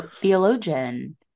theologian